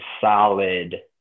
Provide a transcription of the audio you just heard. solid